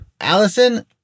Allison